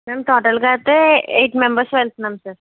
మేం టోటల్గా అయితే ఎయిట్ మెంబర్స్ వెళ్తన్నాం సార్